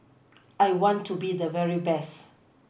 I want to be the very best